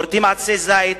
כורתים עצי זית.